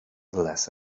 less